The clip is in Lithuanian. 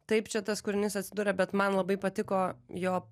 taip čia tas kūrinys atsiduria bet man labai patiko jo